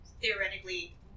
theoretically